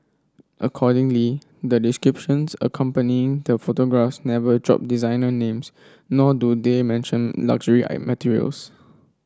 accordingly the descriptions accompanying the photographs never drop designer names nor do they mention luxury materials